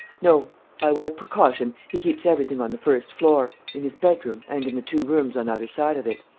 no. by way of precaution, he keeps everything on the first floor, in his bedroom and in the two rooms on either side of it.